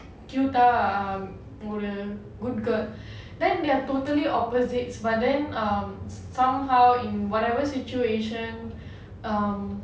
cute ah ஒரு:oru good girl then they're totally opposites but then somehow in whatever situation um